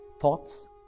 thoughts